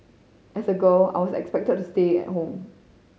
as a girl I was expected to stay at home